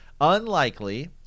unlikely